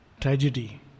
Tragedy